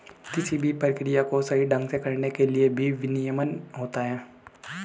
किसी भी प्रक्रिया को सही ढंग से करने के लिए भी विनियमन होता है